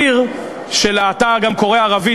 אתה גם קורא ערבית,